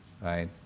Right